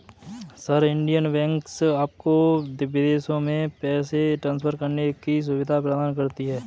sir, Indian banks आपको विदेशों में पैसे ट्रान्सफर करने की सुविधा प्रदान करते हैं